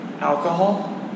alcohol